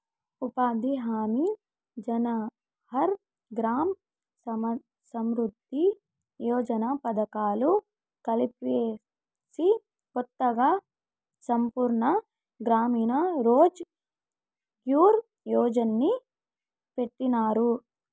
ఉపాధి హామీ జవహర్ గ్రామ సమృద్ది యోజన పథకాలు కలిపేసి కొత్తగా సంపూర్ణ గ్రామీణ రోజ్ ఘార్ యోజన్ని పెట్టినారు